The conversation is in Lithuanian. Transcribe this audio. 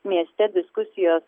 mieste diskusijos